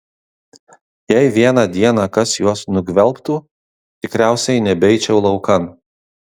jei vieną dieną kas juos nugvelbtų tikriausiai nebeičiau laukan